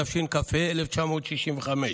התשכ"ה 1965,